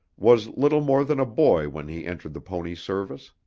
was little more than a boy when he entered the pony service.